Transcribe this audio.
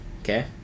okay